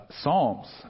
Psalms